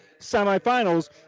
semifinals